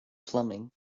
plumbing